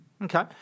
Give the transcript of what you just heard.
Okay